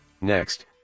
Next